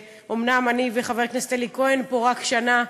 אומנם אני וחבר הכנסת אלי כהן פה רק שנה,